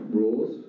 rules